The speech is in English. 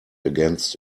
against